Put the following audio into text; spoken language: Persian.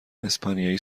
اسپانیایی